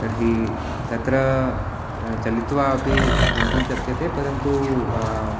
तर्हि तत्र चलित्वापि गन्तुं शक्यते परन्तु